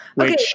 Okay